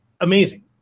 amazing